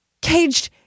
Caged